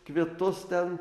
kvitus ten